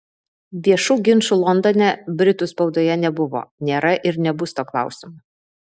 viešų ginčų londone britų spaudoje nebuvo nėra ir nebus tuo klausimu